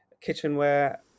kitchenware